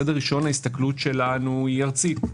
ההסתכלות שלנו ארצית.